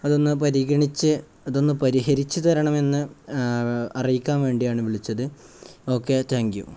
അതൊന്ന് പരിഗണിച്ച് അതൊന്ന് പരിഹരിച്ച് തരണമെന്ന് അറിയിക്കാൻ വേണ്ടിയാണ് വിളിച്ചത് ഓക്കെ താങ്ക് യൂ